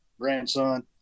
grandson